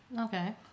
Okay